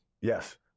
Yes